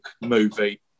movie